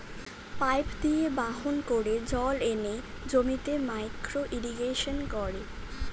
pipe দিয়ে বাহন করে জল এনে জমিতে মাইক্রো ইরিগেশন করে